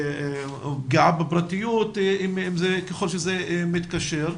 פגיעה בפרטיות ככל שזה מתקשר,